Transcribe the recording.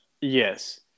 Yes